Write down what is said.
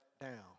down